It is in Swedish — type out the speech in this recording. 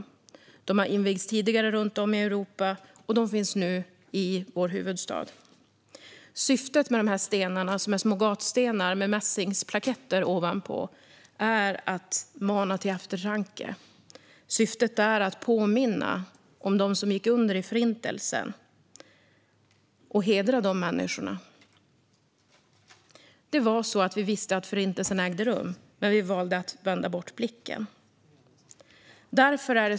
Sådana har invigts tidigare runt om i Europa, och de finns nu i vår huvudstad. Syftet med dessa stenar - det är små gatstenar med mässingsplaketter ovanpå - är att mana till eftertanke. Syftet är att påminna om de människor som gick under i Förintelsen och att hedra dem. Vi visste att Förintelsen ägde rum, men vi valde att vända bort blicken.